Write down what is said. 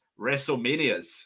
WrestleManias